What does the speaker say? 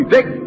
Dick